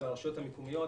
על הרשויות המקומיות,